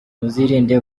muzirinde